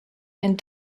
and